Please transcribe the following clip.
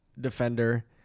defender